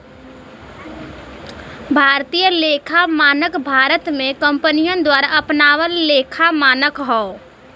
भारतीय लेखा मानक भारत में कंपनियन द्वारा अपनावल लेखा मानक हौ